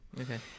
okay